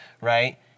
right